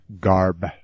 garb